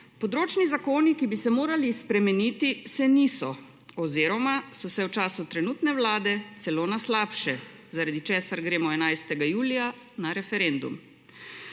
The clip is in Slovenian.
Področni zakoni, ki bi se morali spremeniti, se niso oziroma so se v času trenutne Vlade celo na slabše, zaradi česar gremo 11. julija na referendum.